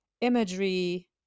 imagery